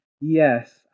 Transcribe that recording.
Yes